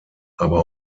aber